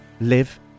live